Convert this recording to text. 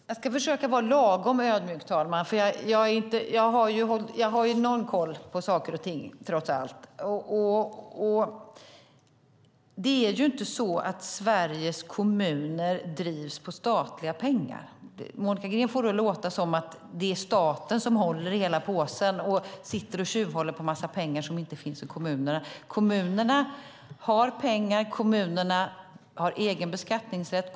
Fru talman! Jag ska försöka att vara lagom ödmjuk. Jag har trots allt någon koll på saker och ting. Det är inte så att Sveriges kommuner drivs med statliga pengar. Monica Green får det låta som om det är staten som håller i hela påsen och tjuvhåller på en massa pengar som inte finns i kommunerna. Kommunerna har pengar. Kommunerna har egen beskattningsrätt.